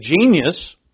genius